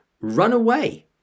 runaway